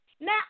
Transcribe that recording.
Now